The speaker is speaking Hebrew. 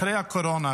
אחרי הקורונה,